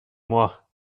moi